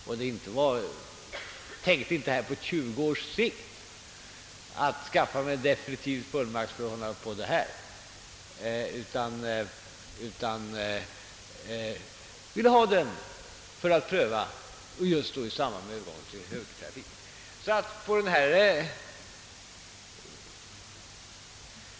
Vi har inte tänkt oss en fullmakt som gäller tjugo år framåt, utan vi vill ha den för att pröva systemet i samband med övergången till högertrafik.